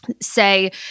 say